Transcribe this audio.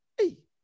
Hey